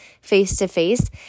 face-to-face